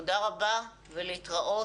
תודה רבה ולהתראות.